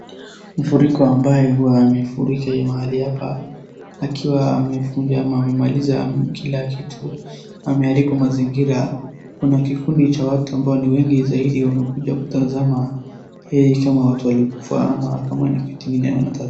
Mfuriko ambaye huwa imefurika hii mahali hapa akiwa amevunja ama amaemaliza kila kitu. Ameharibu mazingira. Kuna kikundi cha watu ambao ni wengi zaidi wamekuja kutazama hii kama watu waaliikufa ama kama ni kitu ingine wanatafuta.